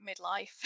midlife